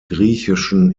griechischen